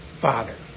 father